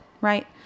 Right